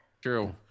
True